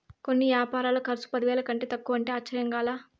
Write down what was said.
కొన్ని యాపారాల కర్సు పదివేల కంటే తక్కువంటే ఆశ్చర్యంగా లా